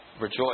rejoice